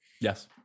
Yes